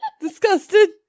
Disgusted